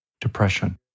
depression